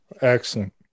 Excellent